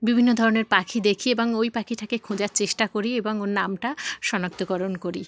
বিভিন্ন ধরনের পাখি দেখি এবং ওই পাখিটাকে খোঁজার চেষ্টা করি এবং ওর নামটা শনাক্তকরণ করি